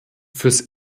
fürs